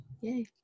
Yay